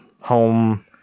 home